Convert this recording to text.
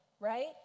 right